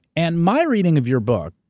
and my reading of your book,